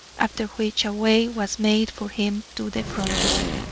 after which a way was made for him to the front door.